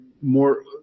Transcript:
More